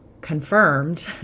confirmed